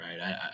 right